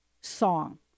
song